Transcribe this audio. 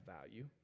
value